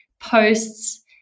posts